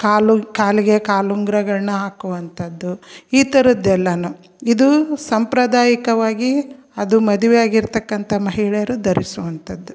ಕಾಲು ಕಾಲಿಗೆ ಕಾಲುಂಗುರಗಳ್ನ ಹಾಕುವಂಥದ್ದು ಈ ಥರದ್ದೆಲ್ಲವೂ ಇದು ಸಾಂಪ್ರದಾಯಿಕವಾಗಿ ಅದು ಮದುವೆಯಾಗಿರತಕ್ಕಂಥ ಮಹಿಳೆಯರು ಧರಿಸುವಂಥದ್ದು